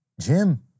Jim